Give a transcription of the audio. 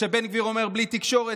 כשבן גביר אומר "בלי תקשורת",